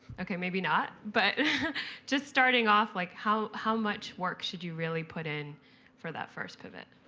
ok, maybe not. but just starting off, like how how much work should you really put in for that first pivot?